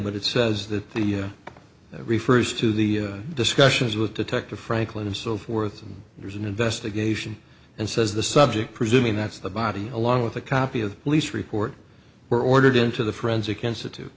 but it says that the you know refers to the discussions with detective franklin and so forth and there's an investigation and says the subject presuming that's the body along with a copy of police report were ordered into the forensic institute